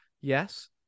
Yes